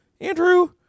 Andrew